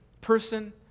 person